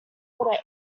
water